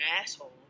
asshole